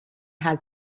had